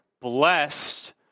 blessed